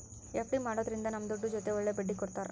FD ಮಾಡೋದ್ರಿಂದ ನಮ್ ದುಡ್ಡು ಜೊತೆ ಒಳ್ಳೆ ಬಡ್ಡಿ ಕೊಡ್ತಾರ